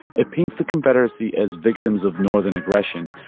it paints the confederacy as victims of northern aggression,